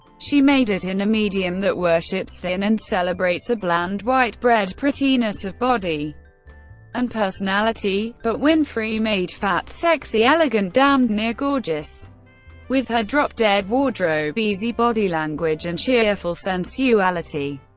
she made it in a medium that worships thin and celebrates a bland, white-bread prettiness of body and personality but winfrey made fat sexy, elegant damned near gorgeous with her drop-dead wardrobe, easy body language, and cheerful sensuality.